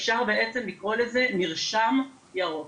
אפשר בעצם לקרוא לזה מרשם ירוק,